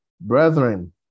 Brethren